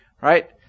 Right